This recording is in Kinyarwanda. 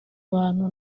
bantu